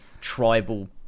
tribal